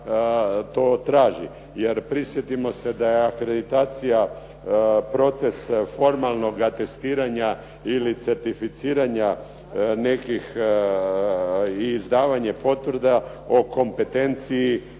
to traži. Jer, prisjetimo se da je akreditacija proces formalnog atestiranja ili certificiranja i izdavanja potvrda o kompetenciji